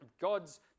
God's